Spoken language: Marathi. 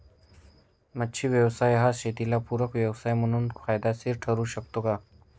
मच्छी व्यवसाय हा शेताला पूरक व्यवसाय म्हणून फायदेशीर ठरु शकतो का?